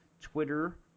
twitter